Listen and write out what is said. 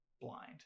blind